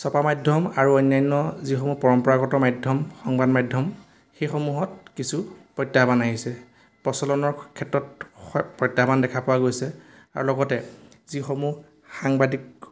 চপা মাধ্যম আৰু অন্যান্য যিসমূহ পৰম্পৰাগত মাধ্যম সংবাদ মাধ্যম সেইসমূহত কিছু প্ৰত্যাহ্বান আহিছে প্ৰচলনৰ ক্ষেত্ৰত প্ৰত্যাহ্বান দেখা পোৱা গৈছে আৰু লগতে যিসমূহ সাংবাদিক